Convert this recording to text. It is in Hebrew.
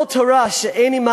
"כל תורה שאין עמה